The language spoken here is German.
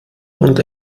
und